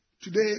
today